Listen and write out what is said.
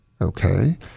okay